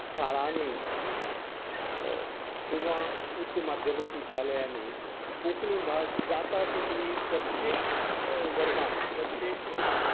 शाळानीं किंवां उच्च माध्यमीक विद्द्यालयांनी कोंकणी भास जाता तितली प्रत्येक वर्गांत प्रत्येक